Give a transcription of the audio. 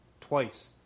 twice